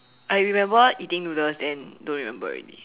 I remember eating noodles then don't remember already